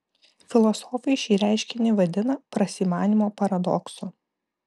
filosofai šį reiškinį vadina prasimanymo paradoksu